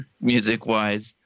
music-wise